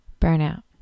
burnout